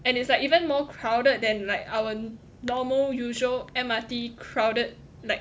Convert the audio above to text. and it's like even more crowded than like our normal usual M_R_T crowded like